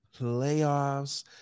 playoffs